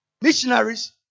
missionaries